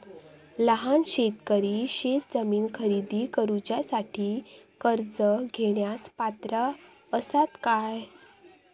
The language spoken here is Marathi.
लहान शेतकरी शेतजमीन खरेदी करुच्यासाठी कर्ज घेण्यास पात्र असात काय?